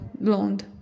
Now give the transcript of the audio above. blonde